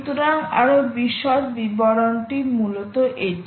সুতরাং আরও বিশদ বিবরণটি মূলত এটি